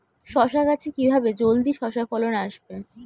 শশা গাছে কিভাবে জলদি শশা ফলন আসবে?